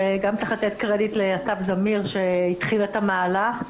וגם צריך לתת קרדיט לאסף זמיר שהתחיל את המהלך,